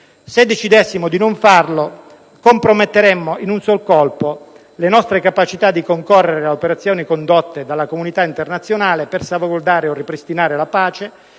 Se decidessimo di non farlo, comprometteremmo in un sol colpo le nostre capacità di concorrere ad operazioni condotte dalla comunità internazionale per salvaguardare o ripristinare la pace